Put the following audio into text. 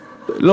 אה, הוא צוחק.